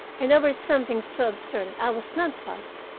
and over something so absurd that i was non-plussed.